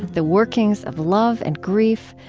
the workings of love and grief,